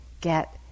get